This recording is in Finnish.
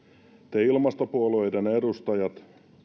te ilmastopuolueiden edustajat